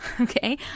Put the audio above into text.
okay